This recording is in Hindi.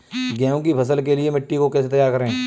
गेहूँ की फसल के लिए मिट्टी को कैसे तैयार करें?